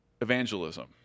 evangelism